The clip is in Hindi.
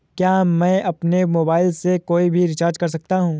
क्या मैं अपने मोबाइल से कोई भी रिचार्ज कर सकता हूँ?